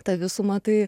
tą visumą tai